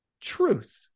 truth